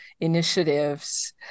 initiatives